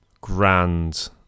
grand